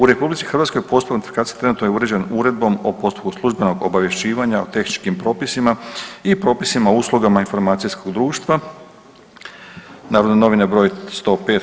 U RH u postupak notifikacije trenutno je uređen Uredbom o postupku službenog obavješćivanja o tehničkim propisima i propisima o uslugama informacijskog društva, Narodne novine broj 105/